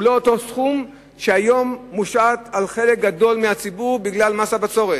הוא לא אותו סכום שהיום מושת על חלק גדול מהציבור בגלל מס הבצורת,